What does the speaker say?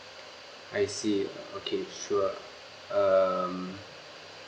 I see okay sure um